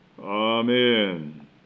Amen